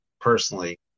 personally